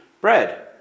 bread